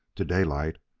to daylight,